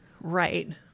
Right